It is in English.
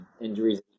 injuries